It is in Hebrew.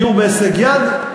דיור בהישג יד,